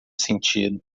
sentido